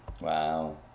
Wow